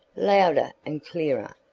louder and clearer,